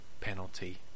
penalty